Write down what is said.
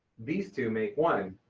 these two make one.